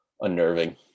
Unnerving